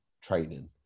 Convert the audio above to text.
training